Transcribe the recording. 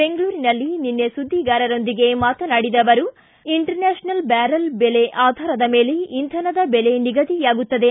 ಬೆಂಗಳೂರಿನಲ್ಲಿ ನಿನ್ನೆ ಸುದ್ದಿಗಾರರೊಂದಿಗೆ ಮಾತನಾಡಿದ ಅವರು ಇಂಟರ್ನ್ಯಾಷನಲ್ ಬ್ದಾರಲ್ ದೆಲೆ ಆಧಾರದ ಮೇಲೆ ಇಂಧನದ ಬೆಲೆ ನಿಗದಿಯಾಗುತ್ತದೆ